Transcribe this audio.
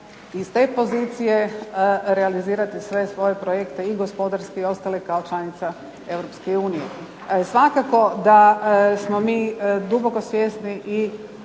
iz te pozicije realizirati sve svoje projekte i gospodarske i ostale kao članica Europske unije. Svakako da smo mi duboko svjesni i